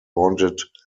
wanted